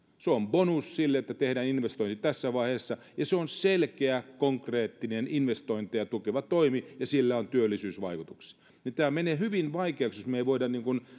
se on bonus siihen että tehdään investoinnit tässä vaiheessa ja se on selkeä konkreettinen investointeja tukeva toimi ja sillä on työllisyysvaikutuksia tämä menee hyvin vaikeaksi jos me emme voi